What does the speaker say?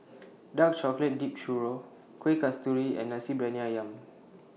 Dark Chocolate Dipped Churro Kuih Kasturi and Nasi Briyani Ayam